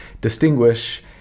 distinguish